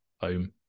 home